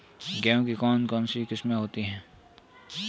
गेहूँ की कौन कौनसी किस्में होती है?